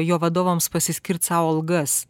jo vadovams pasiskirt sau algas